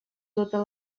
totes